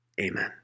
Amen